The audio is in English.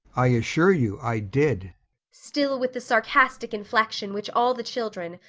i assure you i did still with the sarcastic inflection which all the children,